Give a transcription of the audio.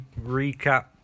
recap